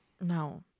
No